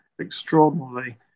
extraordinarily